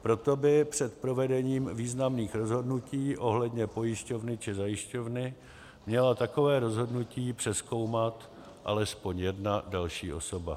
Proto by před provedením významných rozhodnutí ohledně pojišťovny či zajišťovny měla takové rozhodnutí přezkoumat alespoň jedna další osoba.